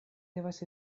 devas